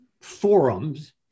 forums